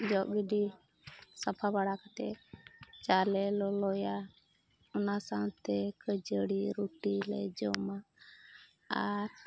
ᱡᱚᱜ ᱜᱤᱰᱤ ᱥᱟᱯᱷᱟ ᱵᱟᱲᱟ ᱠᱟᱛᱮ ᱪᱟ ᱞᱮ ᱞᱚᱞᱚᱭᱟ ᱚᱱᱟ ᱥᱟᱶᱛᱮ ᱠᱷᱟᱹᱡᱟᱹᱲᱤ ᱨᱩᱴᱤ ᱞᱮ ᱡᱚᱢᱟ ᱟᱨ